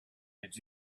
did